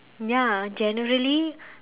ya generally